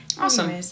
Awesome